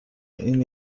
این